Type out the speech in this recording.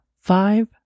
five